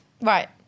Right